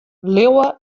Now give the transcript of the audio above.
leauwe